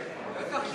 בטח שכן.